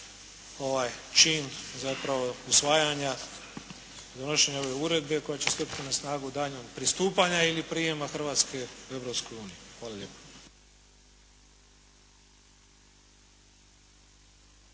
čin zapravo usvajanja, donošenja ove uredbe koja će stupiti na snagu danom pristupanja ili prijema Hrvatske u Europsku uniju.